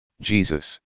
Jesus